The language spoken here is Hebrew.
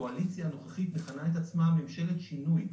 הקואליציה הנוכחית מכנה את עצמה "ממשלת שינוי".